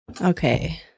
Okay